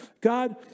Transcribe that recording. God